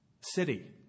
city